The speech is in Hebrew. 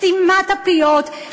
סתימת הפיות,